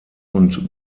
und